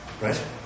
Right